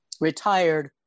retired